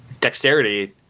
dexterity